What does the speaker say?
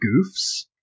goofs